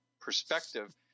perspective